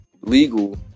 legal